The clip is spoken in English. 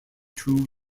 two